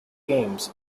games